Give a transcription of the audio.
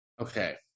Okay